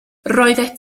roeddet